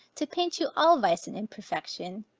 to paint you all vice and imperfection,